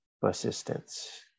persistence